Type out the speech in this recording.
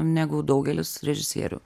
negu daugelis režisierių